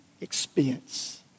expense